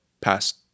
past